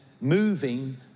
moving